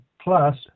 plus